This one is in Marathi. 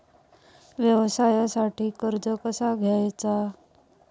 व्यवसायासाठी कर्ज कसा घ्यायचा?